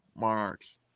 Monarchs